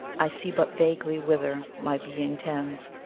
i see but vaguely whither my being tends,